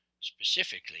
Specifically